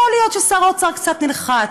יכול להיות ששר האוצר קצת נלחץ,